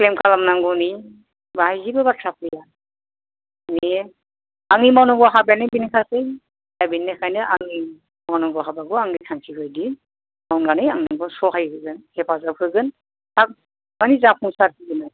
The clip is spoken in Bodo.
ब्लेम खालामनांगौनि बेवहाय जेबो बाथ्रा फैया बे आंनि मावनांगौ हाबायानो बेनोखासै दा बेनि थाखायनो आंनि मावनांगौ हाबाखौ आंनो थांखि बायदि मावनानै आं नोंखौ सहाय होगोन हेफाजाब होगोन माने जाफुंसार होगोन आरो